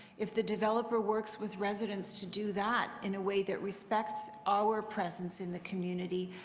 if the developer works with residents to do that in a way that respects our presence in the community,